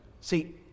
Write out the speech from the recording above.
See